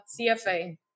CFA